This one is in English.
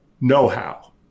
know-how